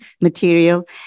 material